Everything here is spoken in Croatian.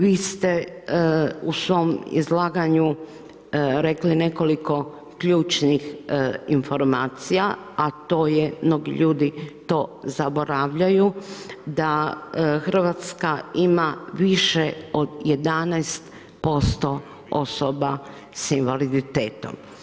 Vi ste u svom izlaganju rekli nekoliko ključnih informacija a to je, mnogi ljudi to zaboravljaju da Hrvatska ima više od 11% osoba sa invaliditetom.